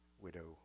widow